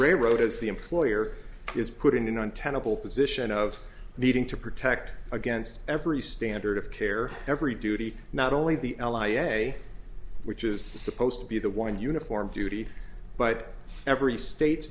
railroad is the employer is putting it on tenable position of needing to protect against every standard of care every duty not only the l i a which is supposed to be the one uniform duty but every state's